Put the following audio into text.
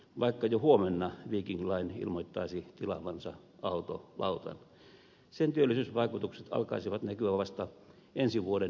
vaikka jo huomenna viking line ilmoittaisi tilaavansa autolautan sen työllisyysvaikutukset alkaisivat näkyä vasta ensi vuoden kesäkuussa